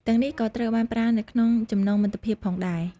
ទាំងនេះ ក៏ត្រូវបានប្រើនៅក្នុងចំណងមិត្តភាពផងដែរ។